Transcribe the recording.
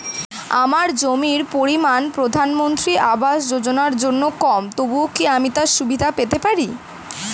আমার জমির পরিমাণ প্রধানমন্ত্রী আবাস যোজনার জন্য কম তবুও কি আমি তার সুবিধা পেতে পারি?